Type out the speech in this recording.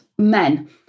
men